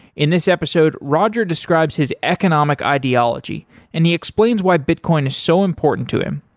in this episode, roger describes his economic ideology and he explains why bitcoin is so important to him.